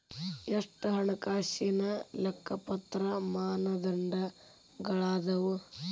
ಎಷ್ಟ ಹಣಕಾಸಿನ್ ಲೆಕ್ಕಪತ್ರ ಮಾನದಂಡಗಳದಾವು?